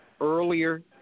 earlier